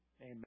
Amen